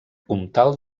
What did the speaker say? comtal